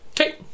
okay